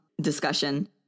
discussion